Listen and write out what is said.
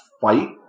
fight